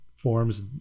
forms